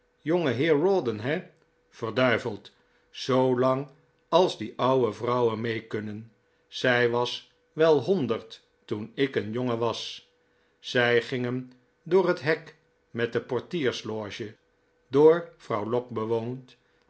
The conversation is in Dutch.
rawdon he verduiveld zoo lang als die ouwe vrouwen mee kunnen zij was wel honderd toen ik een jongen was zij gingen door het hek met de portiersloge door vrouw lock bewoond